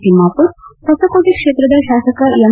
ತಿಮ್ಣಾಪುರ್ ಹೊಸಕೋಟೆ ಕ್ಷೇತ್ರದ ಶಾಸಕ ಎಂ